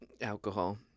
Alcohol